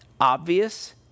obvious